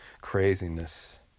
craziness